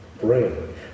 brain